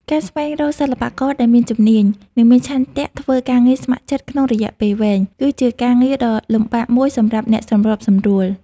ការស្វែងរកសិល្បករដែលមានជំនាញ និងមានឆន្ទៈធ្វើការងារស្ម័គ្រចិត្តក្នុងរយៈពេលវែង គឺជាការងារដ៏លំបាកមួយសម្រាប់អ្នកសម្របសម្រួល។